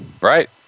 Right